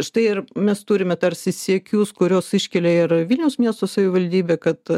štai ir mes turime tarsi siekius kuriuos iškelia ir vilniaus miesto savivaldybė kad